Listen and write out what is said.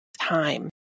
time